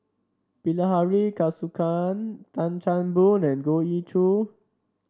Bilahari Kausikan Tan Chan Boon and Goh Ee Choo